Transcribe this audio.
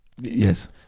Yes